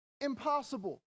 impossible